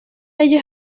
ello